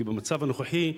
כי במצב הנוכחי,